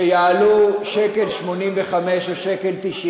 שיעלו 1.85 או 1.90,